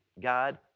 God